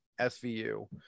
SVU